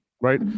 right